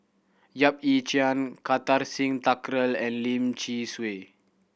Yap Ee Chian Kartar Singh Thakral and Lim Swee Say